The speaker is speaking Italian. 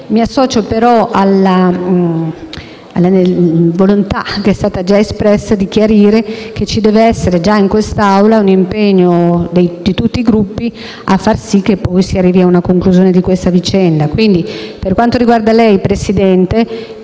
Mi associo, però, alla volontà, che è stata già espressa, di chiarire che ci deve essere già in questa Aula un impegno di tutti i Gruppi a far sì che si arrivi a una conclusione della vicenda. Quindi, signor Presidente,